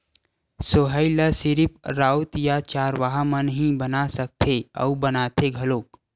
सोहई ल सिरिफ राउत या चरवाहा मन ही बना सकथे अउ बनाथे घलोक